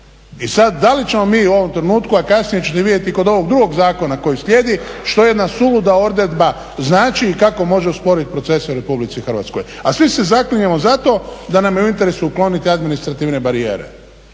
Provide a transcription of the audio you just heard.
I sad da li ćemo mi u ovom trenutku, a kasnije ćete vidjeti i kod ovog drugog zakona koji slijedi, što jedna suluda odredba znači i kako može usporiti procese u RH. A svi se zaklinjemo za to da nam je u interesu ukloniti administrativne barijere.